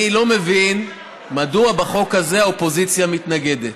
אני לא מבין מדוע בחוק הזה האופוזיציה מתנגדת,